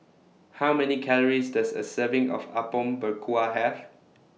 How Many Calories Does A Serving of Apom Berkuah Have